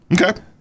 Okay